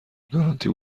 گارانتی